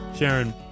Sharon